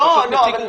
אני פשוט מציין עובדה.